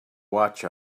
watch